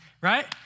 Right